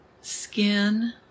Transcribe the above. skin